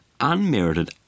unmerited